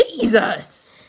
Jesus